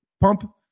Pump